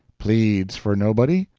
pleads for nobody,